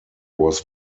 was